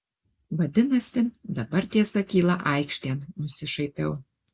vadinasi dabar tiesa kyla aikštėn nusišaipiau